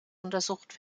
untersucht